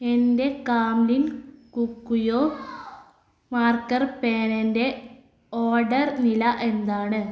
എന്റെ Camlin Kokuyo marker പേനേന്റെ order നില എന്താണ്